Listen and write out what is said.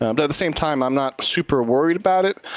um but at the same time, i'm not super worried about it.